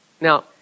Now